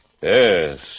Yes